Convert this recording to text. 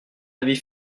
avis